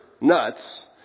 nuts